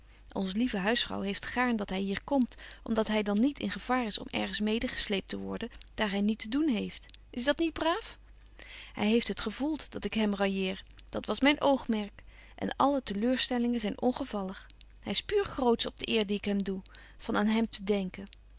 onze lieve huisvrouw heeft gaarn dat hy hier komt om dat hy dan niet in gevaar is om ergens mede gesleept te worden daar hy niet te doen heeft is dat niet braaf hy heeft het gevoelt dat ik met hem railleer dat was betje wolff en aagje deken historie van mejuffrouw sara burgerhart myn oogmerk en alle te leurstellingen zyn ongevallig hy is puur grootsch op de eer die ik hem doe van aan hem te denken